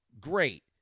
Great